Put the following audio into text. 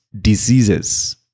diseases